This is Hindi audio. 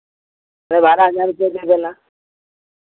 अरे बारह हज़ार रुपैया दे देना